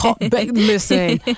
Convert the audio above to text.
listen